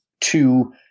to-